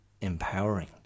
empowering